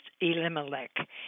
Elimelech